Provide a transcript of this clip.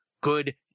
Good